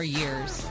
years